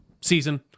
season